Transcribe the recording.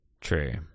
True